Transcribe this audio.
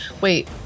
wait